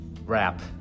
Rap